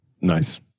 Nice